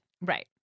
Right